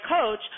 coach